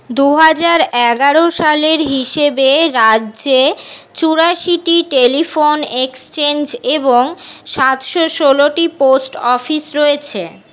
দু হাজার এগারো সালের হিসেবে রাজ্যে চুরাশিটি টেলিফোন এক্সচেঞ্জ এবং সাতশো ষোলোটি পোস্ট অফিস রয়েছে